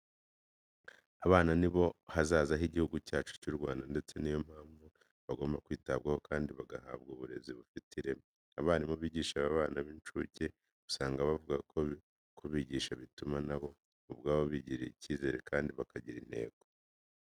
Abana ni bo hazaza h'Igihugu cyacu cy'u Rwanda ndetse ni yo mpamvu bagomba kwitabwaho kandi bagahabwa uburezi bufite ireme. Abarimu bigisha abana n'incuke usanga bavuga ko kubigisha bituma na bo ubwabo bigirira icyizere kandi bakagira n'intego.